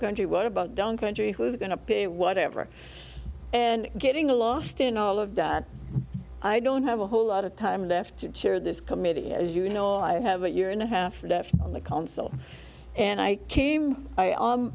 country what about down country who's going to pay whatever and getting lost in all of that i don't have a whole lot of time left to chair this committee as you know i have a year and a half left on the council and i came i